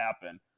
happen